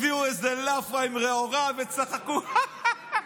הביאו איזו לאפה וצחקו: חחח.